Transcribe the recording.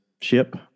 ship